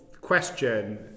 question